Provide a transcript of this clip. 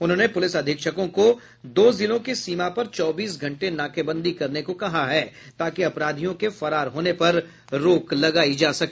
उन्होंने पुलिस अधीक्षकों को दो जिलों की सीमा पर चौबीस घंटे नाकेबंदी करने को कहा है ताकि अपराधियों के फरार होने पर रोक लगायी जा सके